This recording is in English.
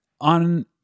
on